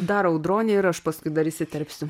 dar audronė ir aš paskui dar įsiterpsiu